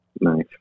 Nice